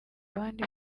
abandi